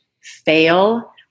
fail